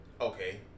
Okay